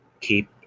keep